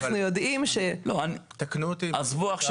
עזבו,